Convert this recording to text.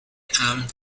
امن